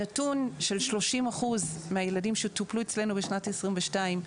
הנתון של 30% מהילדים שטופלו אצלנו בשנת 2022,